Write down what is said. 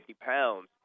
pounds